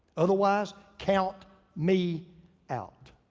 otherwise, count me out.